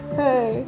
hey